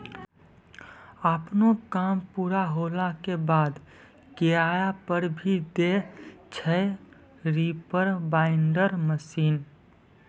आपनो काम पूरा होला के बाद, किराया पर भी दै छै रीपर बाइंडर मशीन